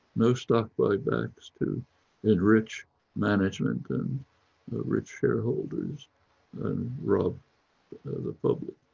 no stock buybacks to enrich management and rich shareholders and rob the public.